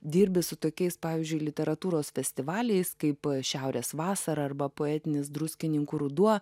dirbi su tokiais pavyzdžiui literatūros festivaliais kaip šiaurės vasara arba poetinis druskininkų ruduo